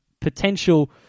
potential